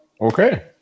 Okay